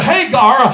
Hagar